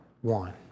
one